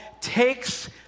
takes